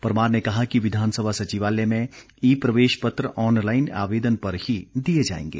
परमार ने कहा कि विधानसभा सचिवालय में ई प्रवेश पत्र ऑनलाईन आवेदन पर ही दिए जाएंगे